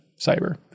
Cyber